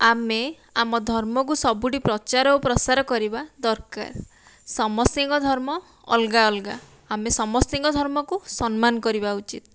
ଆମେ ଆମ ଧର୍ମକୁ ସବୁଠି ପ୍ରଚାର ଓ ପ୍ରସାର କରିବା ଦରକାର ସମସ୍ତଙ୍କ ଧର୍ମ ଅଲଗା ଅଲଗା ଆମେ ସମସ୍ତଙ୍କ ଧର୍ମକୁ ସମ୍ମାନ କରିବା ଉଚିତ୍